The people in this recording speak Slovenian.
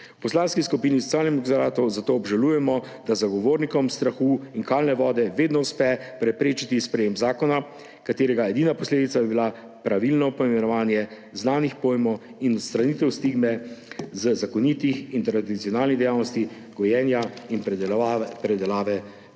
V Poslanski skupini Socialnih demokratov zato obžalujemo, da zagovornikom strahu in kalne vode vedno uspe preprečiti sprejetje zakona, katerega edina posledica bi bila pravilno poimenovanje znanih pojmov in odstranitev stigme z zakonitih in tradicionalnih dejavnosti gojenja in predelave kmetijskih